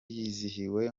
yizihiwe